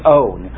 own